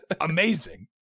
amazing